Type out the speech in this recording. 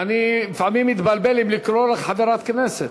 אני לפעמים מתבלבל אם לקרוא לך חברת הכנסת.